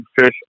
fish